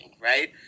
Right